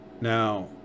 now